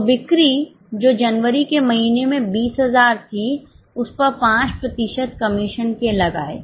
तो बिक्रीजो जनवरी के महीने में 20000 थी उस पर 5 प्रतिशत कमीशन केलगाए